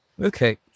Okay